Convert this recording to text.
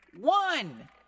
one